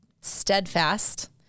steadfast